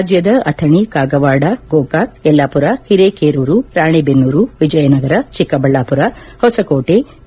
ರಾಜ್ಯದ ಅಥಣಿ ಕಾಗವಾಡ ಗೋಕಾಕ್ ಯಲ್ಲಾಪುರ ಹಿರೇಕೇರೂರು ರಾಣೆಬೆನ್ನೂರು ವಿಜಯನಗರ ಚಿಕ್ಕಬಳ್ಲಾಪುರ ಹೊಸಕೋಟೆ ಕೆ